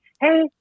hey